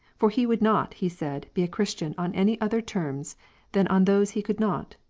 for he would not, he said, be a christian on any other terms than on those he could not.